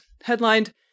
headlined